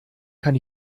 kann